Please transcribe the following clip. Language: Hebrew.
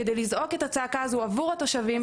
כדי לזעוק את הצעקה הזאת עבור התושבים.